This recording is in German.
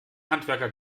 handwerker